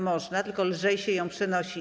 Można, tylko lżej się ją przechodzi.